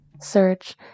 Search